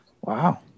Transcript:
Wow